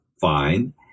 fine